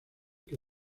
que